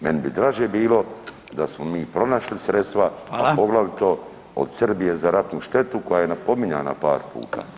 Meni bi draže bilo da smo mi pronašli sredstva, poglavito od Srbije za ratnu štetu koja je napominjana par puta.